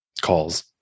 calls